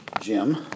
Jim